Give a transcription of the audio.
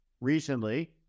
Recently